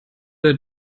der